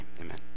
amen